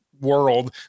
world